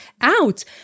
out